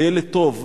שילד טוב,